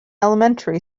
elementary